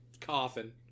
coffin